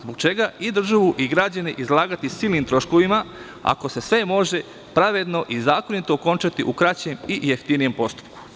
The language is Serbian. Zbog čega i državu i građane izlagati silnim troškovima, ako se sve može pravedno i zakonito okončati u kraćem i jeftinijem postupku?